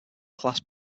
class